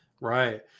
right